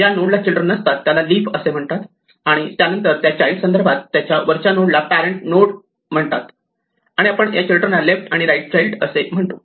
ज्या नोडला चिल्ड्रन नसतात त्याला लिफ असे म्हणतात आणि नंतर त्या चाईल्ड संदर्भात त्याच्या वरच्या नोडला पॅरेण्ट नोड असे म्हणतात आणि आपण या चिल्ड्रनला लेफ्ट आणि राईट चाइल्ड असे म्हणतो